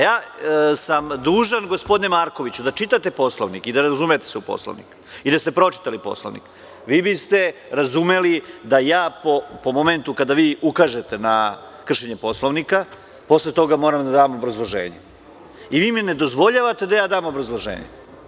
Ja sam dužan, gospodine Markoviću, da čitate Poslovnik i da se razumete u Poslovnik i da ste pročitali Poslovnik, vi biste razumeli da ja u momentu kada vi ukažete na kršenje Poslovnika posle toga moram da dam obrazloženje, i vi mi ne date da ja dam obrazloženje.